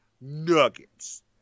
nuggets